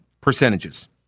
percentages